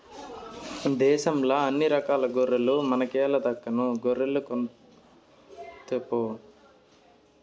దేశంల అన్ని రకాల గొర్రెల మనకేల దక్కను గొర్రెలు కొనితేపో